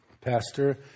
pastor